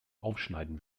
aufschneiden